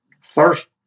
first